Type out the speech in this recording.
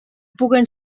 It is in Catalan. puguen